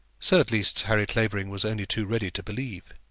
so at least harry clavering was only too ready to believe.